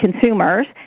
consumers